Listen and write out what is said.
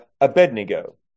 Abednego